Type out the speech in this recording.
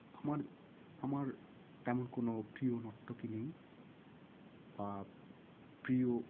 আমার আমার তেমন কোনো প্রিয় নর্তকী নেই বা প্রিয়